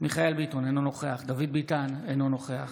מיכאל מרדכי ביטון, אינו נוכח דוד ביטן, אינו נוכח